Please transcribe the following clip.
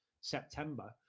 September